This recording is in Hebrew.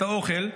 את האוכל,